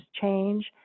change